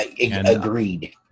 Agreed